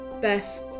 Beth